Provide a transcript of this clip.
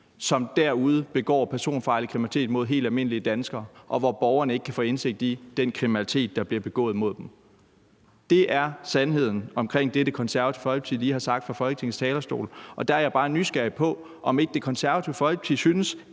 som begår personfarlig kriminalitet mod helt almindelige danskere, samtidig med at borgerne ikke kan få indsigt i den kriminalitet, der bliver begået mod dem. Det er sandheden om det, Det Konservative Folkeparti lige har sagt fra Folketingets talerstol. Der er jeg bare nysgerrig på, om ikke Det Konservative Folkeparti synes,